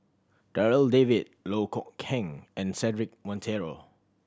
Darryl David Loh Kok Heng and Cedric Monteiro